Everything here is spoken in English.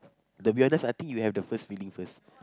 the weirdness I think you have the first feeling first